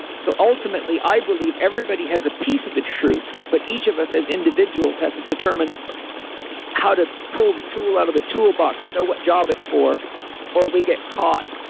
so ultimately, i believe everybody has a piece of the truth, but each of us as individuals has to determine how to pull the tool out of the toolbox and know what job it's for or we get caught